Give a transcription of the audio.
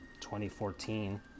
2014